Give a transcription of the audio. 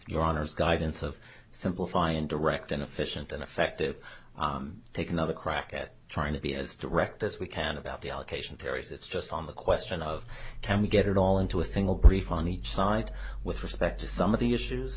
your honor's guidance of simplify and direct and efficient and effective take another crack at trying to be as direct as we can about the allocation parries it's just on the question of can we get it all into a single brief on each side with respect to some of the issues